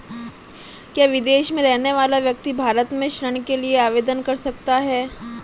क्या विदेश में रहने वाला व्यक्ति भारत में ऋण के लिए आवेदन कर सकता है?